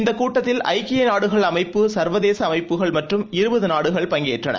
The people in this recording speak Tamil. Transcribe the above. இந்தக் கூட்டத்தில் இக்கியநாடுகள் அமைப்பு சர்வதேசஅமைப்புகள் மற்றும் இருபதுநாடுகள் பங்கேற்றன